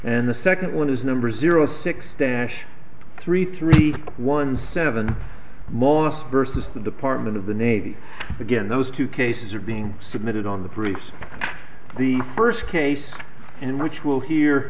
and the second one is number zero six dash three three one seven most versus the department of the navy again those two cases are being submitted on the bricks the first case in which will he